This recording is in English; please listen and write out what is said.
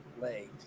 legs